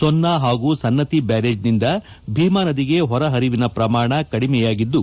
ಸೊನ್ನ ಹಾಗೂ ಸನ್ನತಿ ಬ್ಯಾರೇಜಿನಿಂದ ಭೀಮಾ ನದಿಗೆ ಹೊರಹರಿವಿನ ಪ್ರಮಾಣ ಕಡಿಮೆಯಾಗಿದ್ದು